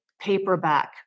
paperback